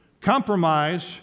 Compromise